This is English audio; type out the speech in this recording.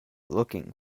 looking